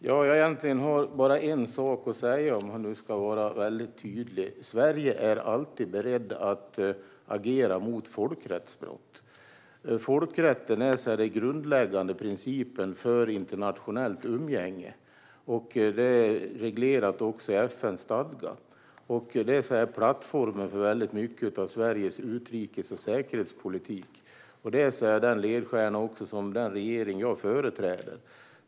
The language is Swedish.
Herr talman! Egentligen har jag bara en sak att säga, om jag nu ska vara väldigt tydlig: Sverige är alltid berett att agera mot folkrättsbrott. Folkrätten är den grundläggande principen för internationellt umgänge, och det är reglerat också i FN:s stadgar. Det är plattformen för väldigt mycket av Sveriges utrikes och säkerhetspolitik, och det är ledstjärnan för den regering jag företräder.